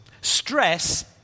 Stress